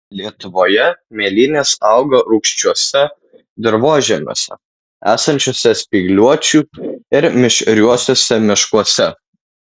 lietuvoje mėlynės auga rūgščiuose dirvožemiuose esančiuose spygliuočių ir mišriuosiuose miškuose